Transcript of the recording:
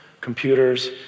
computers